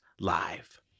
Live